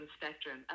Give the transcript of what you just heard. Spectrum